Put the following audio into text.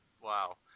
Wow